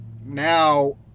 now